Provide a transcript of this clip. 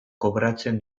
kobratzen